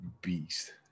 beast